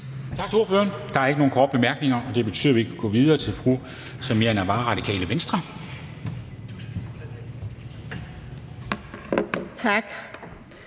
Tak til ordføreren. Der er ikke nogen korte bemærkninger. Det betyder, at vi kan gå videre til fru Samira Nawa, Radikale Venstre. Kl.